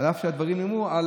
אף שהדברים נאמרו.